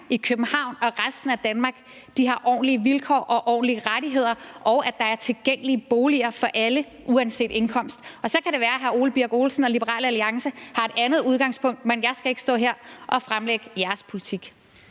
i København og resten af Danmark har ordentlige vilkår og ordentlige rettigheder, og at der er tilgængelige boliger for alle uanset indkomst. Og så kan det være, at hr. Ole Birk Olesen og Liberal Alliance har et andet udgangspunkt, men jeg skal ikke stå her og fremlægge jeres politik.